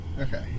Okay